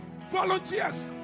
volunteers